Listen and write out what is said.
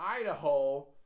Idaho